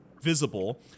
visible